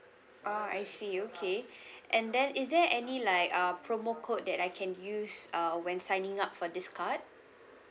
ah I see okay and then is there any like uh promo code that I can use uh when signing up for this card